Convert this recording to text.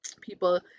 People